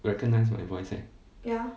recognise my voice leh